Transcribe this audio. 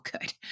good